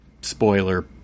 spoiler